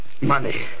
Money